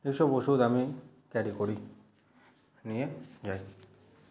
এইসব ওষুধ আমি ক্যারি করি নিয়ে যাই